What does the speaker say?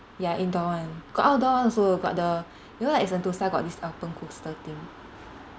ya indoor [one] got outdoor [one] also got the you know like in sentosa got this alpine coaster thing